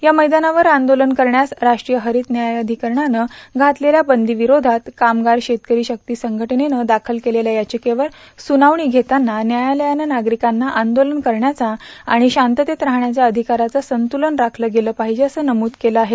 या मैदानावर आंदोलन करण्यास राष्ट्रीय हरित न्यायाधिकरणानं घातलेल्या बंदी विरोषात क्रमगार शेतकरी शक्ती संघटनेनं दाखल केलेल्या याविकेवर सुनावणी घेताना न्यायालयानं नागरिकांना आंदोलन करण्याचा आणि शांततेत राहण्याच्या अधिकाराचं संतुलन राखलं गेलं पाहिजे असं नमूद केलं आहे